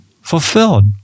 fulfilled